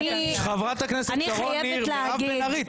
חברות הכנסת מירב בן ארי ושרון ניר,